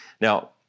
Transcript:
Now